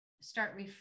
start